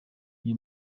uyu